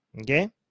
okay